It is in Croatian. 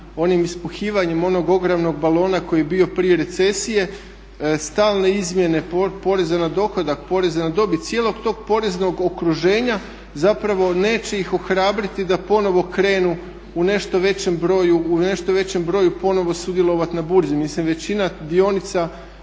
onim ispuhivanjem onog ogromnog balona koji je bio prije recesije. Stalne izmjene poreza na dohodak, poreza na dobit, cijelog tog poreznog okruženja zapravo neće ih ohrabriti da ponovno krenu u nešto većem brojem ponovno sudjelovati na burzi.